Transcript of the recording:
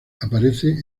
aparece